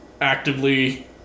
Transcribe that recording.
actively